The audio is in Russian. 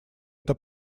это